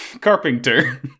Carpenter